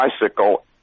bicycle